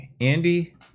Andy